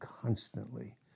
constantly